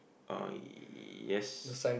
uh yes